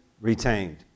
retained